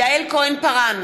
יעל כהן-פארן,